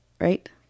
Right